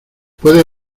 puedes